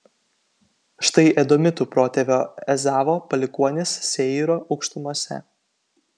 štai edomitų protėvio ezavo palikuonys seyro aukštumose